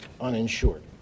uninsured